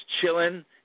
chilling